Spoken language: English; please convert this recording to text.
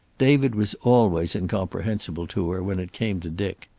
david was always incomprehensible to her when it came to dick.